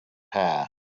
passed